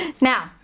now